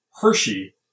Hershey